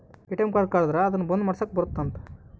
ATM card ಕಳುದ್ರೆ ಅದುನ್ನ ಬಂದ್ ಮಾಡ್ಸಕ್ ಬರುತ್ತ ಅಂತ